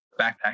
backpack